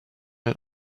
and